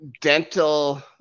dental